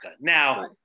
Now